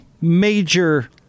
major